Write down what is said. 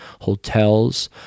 hotels